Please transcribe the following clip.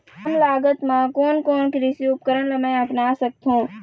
कम लागत मा कोन कोन कृषि उपकरण ला मैं अपना सकथो?